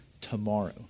tomorrow